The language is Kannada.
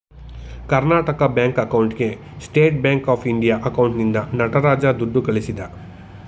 ಕರ್ನಾಟಕ ಬ್ಯಾಂಕ್ ಅಕೌಂಟ್ಗೆ ಸ್ಟೇಟ್ ಬ್ಯಾಂಕ್ ಆಫ್ ಇಂಡಿಯಾ ಅಕೌಂಟ್ನಿಂದ ನಟರಾಜ ದುಡ್ಡು ಕಳಿಸಿದ